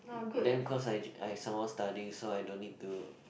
then cause I I some more study so I don't need to